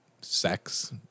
sex